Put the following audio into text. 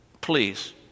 please